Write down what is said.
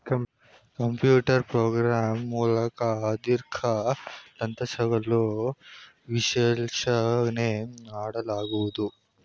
computer program ಮೂಲಕ ಆರ್ಥಿಕ ದತ್ತಾಂಶಗಳ ವಿಶ್ಲೇಷಣೆ ಮಾಡಲಾಗುವುದು